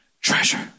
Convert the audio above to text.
treasure